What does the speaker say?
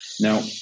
Now